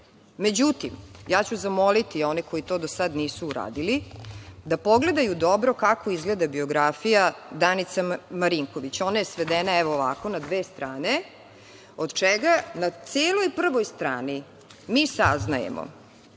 odbora.Međutim, zamoliću one koji to do sada nisu uradili da pogledaju kako izgleda biografija Danice Marinković. Ona je svedena, evo ovako, na dve strane, od čega na celoj prvoj strani mi saznajemo,